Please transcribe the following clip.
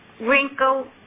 wrinkle